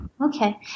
okay